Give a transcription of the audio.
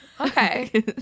Okay